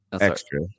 Extra